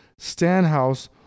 Stanhouse